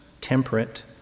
temperate